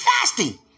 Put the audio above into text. fasting